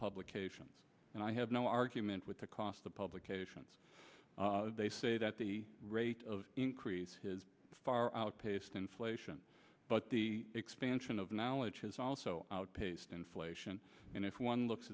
publication and i have no argument with the cost the publications they say that the rate of increase his far outpaced inflation but the expansion of knowledge has also outpaced inflation and if one looks